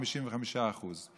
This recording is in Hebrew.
55%;